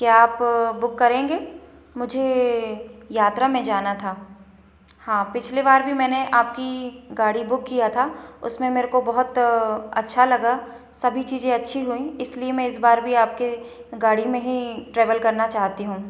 क्या आप बुक करेंगे मुझे यात्रा में जाना था हाँ पिछले बार भी मैंने आपकी गाड़ी बुक किया था उसमें मेरे को बहुत अच्छा लगा सभी चीज़ें अच्छी हुईं इसलिए मैं इस बार भी आपके गाड़ी में ही ट्रैवल करना चाहती हूँ